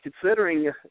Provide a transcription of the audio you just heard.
considering